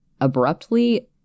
abruptly